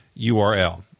URL